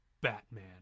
Batman